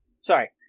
Sorry